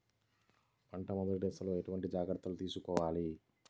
పంట మెదటి దశలో ఎటువంటి జాగ్రత్తలు తీసుకోవాలి?